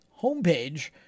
homepage